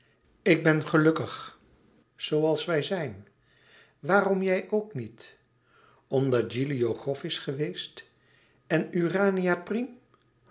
ik ben gelukkig zooals wij zijn waarom jij ook niet omdat gilio grof is geweest en